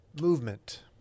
Movement